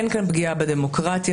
אין כאן פגיעה בדמוקרטיה,